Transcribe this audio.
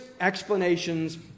explanations